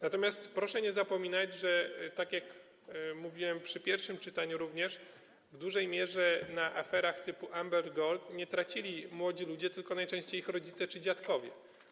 Natomiast proszę nie zapominać, że tak jak mówiłem również przy pierwszym czytaniu, w dużej mierze na aferach typu Amber Gold nie tracili młodzi ludzie, tylko najczęściej ich rodzice czy dziadkowie.